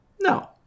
No